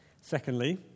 Secondly